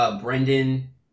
Brendan